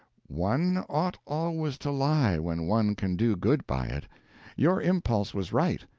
one ought always to lie when one can do good by it your impulse was right,